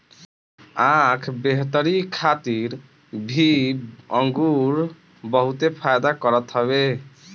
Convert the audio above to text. आँख बेहतरी खातिर भी अंगूर बहुते फायदा करत हवे